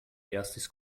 erstis